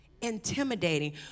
Intimidating